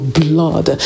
blood